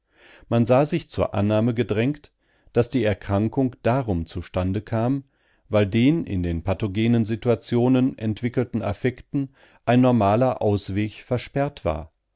man sah sich zur annahme gedrängt daß die erkrankung darum zu stande kam weil den in den pathogenen situationen entwickelten affekten ein normaler ausweg versperrt war